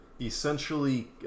essentially